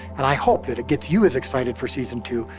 and i hope that it gets you as excited for season two,